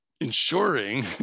ensuring